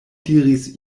diris